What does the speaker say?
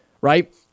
right